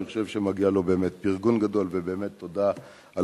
אני חושב שמגיע לו באמת פרגון גדול ובאמת תודה על